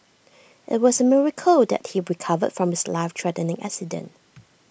IT was A miracle that he recovered from his life threatening accident